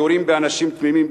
היורים באנשים תמימים,